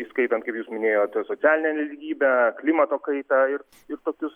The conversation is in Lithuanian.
įskaitant kaip jūs minėjote socialinę nelygybę klimato kaitą ir ir tokius